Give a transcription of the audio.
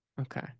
Okay